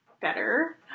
better